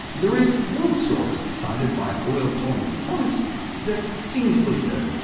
there is one source cited by oil pulling proponents that seems legit,